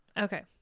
Okay